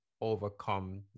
overcome